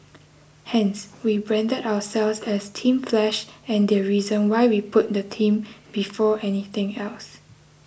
hence we branded ourselves as Team Flash and the reason why we put the team before anything else